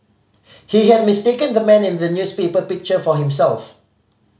he had mistaken the man in the newspaper picture for himself